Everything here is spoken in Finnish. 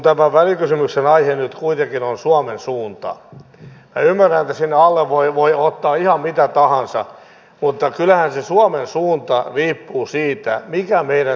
tämä välikysymyksen aihe nyt kuitenkin on suomen suunta ymmärrän että sinne alle voi ottaa ihan mitä tahansa mutta kyllähän se suomen suunta riippuu siitä mikä meidän työllisyyskehityksemme on